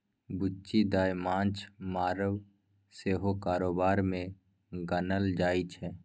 बुच्ची दाय माँछ मारब सेहो कारोबार मे गानल जाइ छै